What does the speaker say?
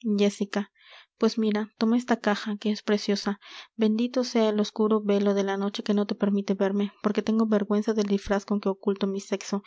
jéssica pues mira toma esta caja que es preciosa bendito sea el oscuro velo de la noche que no te permite verme porque tengo vergüenza del disfraz con que oculto mi sexo